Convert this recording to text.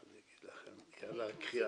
מה אני אגיד לכם, יאללה קריאה.